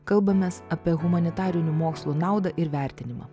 kalbamės apie humanitarinių mokslų naudą ir vertinimą